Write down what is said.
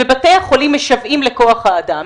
ובתי החולים משוועים לכוח האדם,